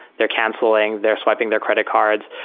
they're canceling. they're swiping their credit cards.